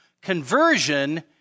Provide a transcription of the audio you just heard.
Conversion